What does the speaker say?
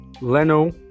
Leno